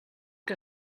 que